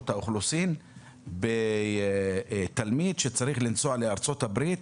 האוכלוסין בתלמיד שצריך לנסוע לארצות הברית